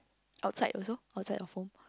outside also outside of home